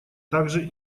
также